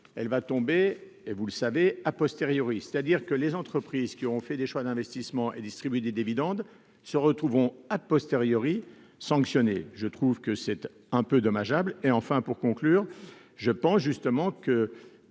elle va tomber et vous le savez, a posteriori, c'est-à-dire que les entreprises qui ont fait des choix d'investissements et distribue des dividendes se retrouveront à posteriori sanctionné, je trouve que cette un peu dommageable et enfin pour conclure je pense justement que